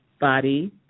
body